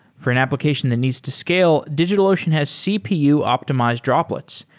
for an application that needs to scale, digitalocean has cpu optimized droplets,